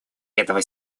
этого